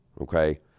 okay